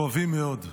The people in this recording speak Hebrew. כואבים מאוד,